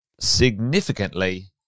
significantly